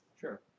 Sure